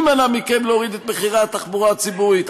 מי מנע מכם להוריד את מחירי התחבורה הציבורית?